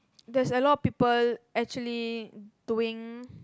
there's a lot of people actually doing